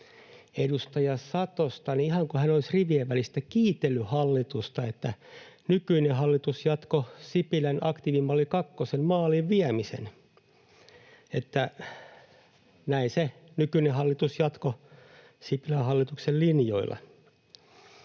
edustaja Satosta, niin ihan kuin hän olisi rivien välistä kiitellyt hallitusta, että nykyinen hallitus jatkoi Sipilän aktiivimalli kakkosen maaliin viemistä, että näin se nykyinen hallitus jatkoi Sipilän hallituksen linjoilla.